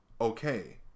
okay